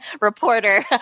reporter